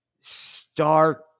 start